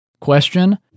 question